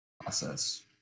process